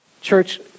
Church